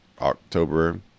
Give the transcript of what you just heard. october